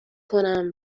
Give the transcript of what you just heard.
کنم